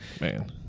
Man